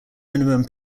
minimum